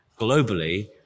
globally